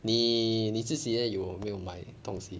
你你自己也有没有买东西